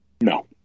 no